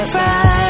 right